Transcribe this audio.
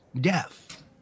death